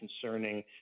concerning